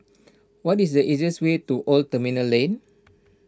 what is the easiest way to Old Terminal Lane